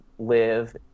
live